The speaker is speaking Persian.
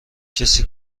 کسی